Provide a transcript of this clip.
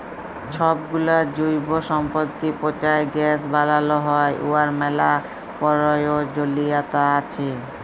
ছবগুলা জৈব সম্পদকে পঁচায় গ্যাস বালাল হ্যয় উয়ার ম্যালা পরয়োজলিয়তা আছে